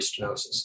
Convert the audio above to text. stenosis